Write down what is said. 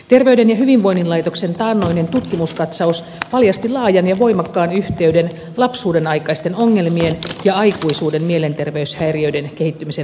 terveyden ja hyvinvoinnin laitoksen taannoinen tutkimuskatsaus paljasti laajan ja voimakkaan yhteyden lapsuudenaikaisten ongelmien ja aikuisuuden mielenterveyshäiriöiden kehittymisen välillä